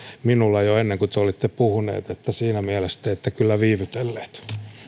minulla jo ennen kuin te olitte puhuneet niin että siinä mielessä te ette kyllä viivytelleet